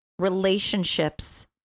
relationships